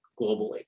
globally